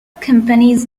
companies